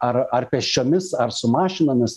ar ar pėsčiomis ar su mašinomis